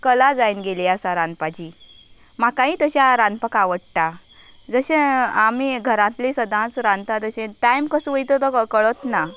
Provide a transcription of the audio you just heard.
कला जावन गेल्या रांदपाची म्हाकाय तशें रांदपाक आवडटा जशें आमी घरांतलीं सदांच रांदतात तशें टायम कसो वयता तो कळना